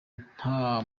nta